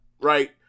Right